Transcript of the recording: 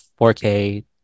4K